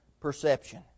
perception